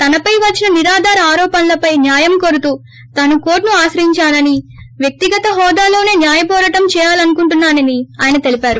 తనపై వచ్చిన నిరాధార ఆరోపణలపై న్యాయం కోరుతూ తాను కోర్లును ఆశ్రయించానని వ్యక్తిగత హోదాలోనే న్యాయవోరాటం చేయాలనుకుంటున్నానని ఎంజే అక్బర్ తెలిపారు